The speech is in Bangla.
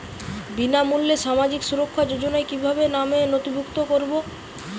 বিনামূল্যে সামাজিক সুরক্ষা যোজনায় কিভাবে নামে নথিভুক্ত করবো?